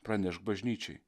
pranešk bažnyčiai